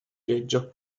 reggio